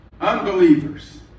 Unbelievers